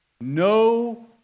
no